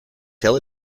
tell